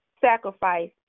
sacrifice